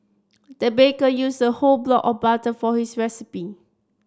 the baker used a whole block of butter for this recipe